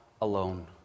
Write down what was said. alone